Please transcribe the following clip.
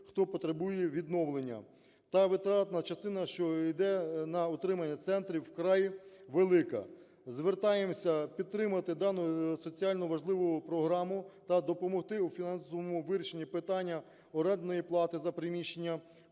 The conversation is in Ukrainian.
хто потребує відновлення, та витратна частина, що йде на утримання центрів, вкрай велика. Звертаємося підтримати дану соціально важливу програму та допомогти у фінансовому вирішенні питання орендної плати за приміщення,